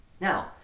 Now